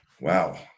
wow